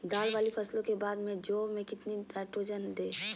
दाल वाली फसलों के बाद में जौ में कितनी नाइट्रोजन दें?